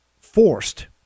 forced